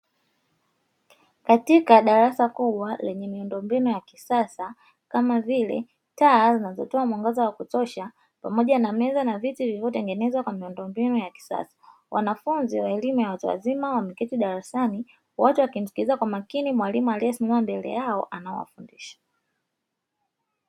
Katika darasa kubwa, lenye miundombinu ya kisasa, kama vile taa za kutoa mwangazawa kutosha, pamoja na meza na viti vilivyotengenezwa kwa miundombinu ya kisasa, wanafunzi wa elimu ya watu wazima wameketi darasani, wote wikimsikiliza kwa makini mwalimu aliesimama mbele yao anawafundisha.